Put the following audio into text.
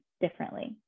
differently